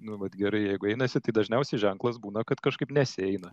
nu vat gerai jeigu einasi tai dažniausiai ženklas būna kad kažkaip nesieina